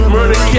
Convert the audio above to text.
Murder